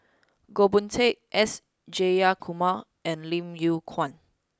Goh Boon Teck S Jayakumar and Lim Yew Kuan